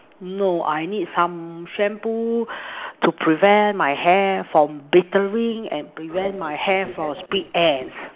no I need some shampoo to prevent my hair from and prevent my hair from split ends